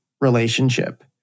relationship